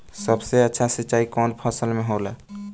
सबसे अधिक सिंचाई कवन फसल में होला?